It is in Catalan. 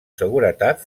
seguretat